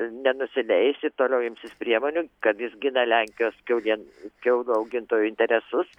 nenusileis ir toliau imsis priemonių kad jis gina lenkijos kiaulien kiaulių augintojų interesus